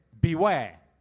beware